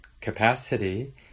capacity